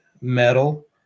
metal